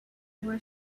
were